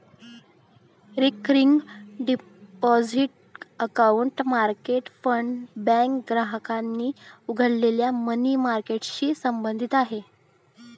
recurring deposit account market fund bank ग्राहकांनी उघडलेल्या money मार्केटशी संबंधित आहे